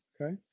Okay